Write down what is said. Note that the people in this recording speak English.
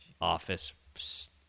office